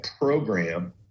program